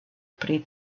pri